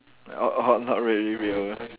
orh orh not not really real